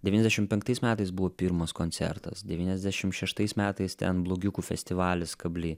devyniasdešim penktais metais buvo pirmas koncertas devyniasdešim šeštais metais ten blogiukų festivalis kably